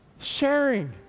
sharing